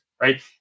right